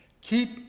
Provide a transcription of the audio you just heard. keep